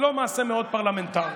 לא מעשה מאוד פרלמנטרי.